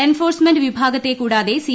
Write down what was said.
എൻഫോഴ്സ്മെന്റിന്റെ വിഭാഗത്തെ കൂടാതെ സി